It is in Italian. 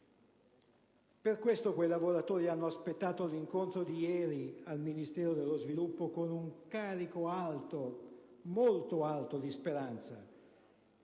Per questo, quei lavoratori hanno aspettato l'incontro di ieri al Ministero dello sviluppo economico con un carico alto, molto alto, di speranza,